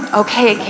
okay